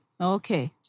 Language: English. Okay